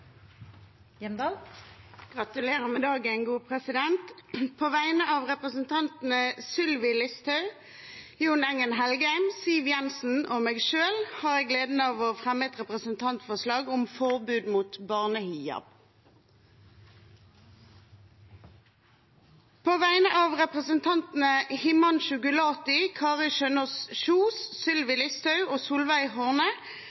Gratulerer med dagen, gode president! På vegne av representantene Sylvi Listhaug, Jon Engen-Helgheim, Siv Jensen og meg selv har jeg gleden av å framsette et representantforslag om forbud mot barnehijab. På vegne av representantene Himanshu Gulati, Kari Kjønaas Kjos, Sylvi Listhaug, Solveig Horne